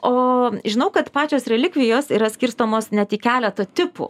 o žinau kad pačios relikvijos yra skirstomos net į keleta tipų